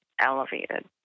elevated